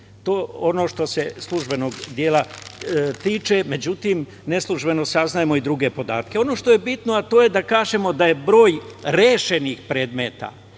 To je ono što se službenog dela tiče.Međutim, neslužbeno saznajemo i druge podatke. Ono što je bitno, a to je da kažemo da je broj rešenih predmeta